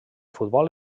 futbol